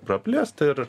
praplėst ir